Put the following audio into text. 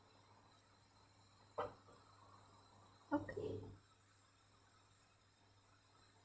okay